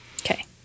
Okay